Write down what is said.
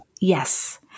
Yes